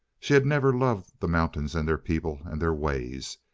she had never loved the mountains and their people and their ways.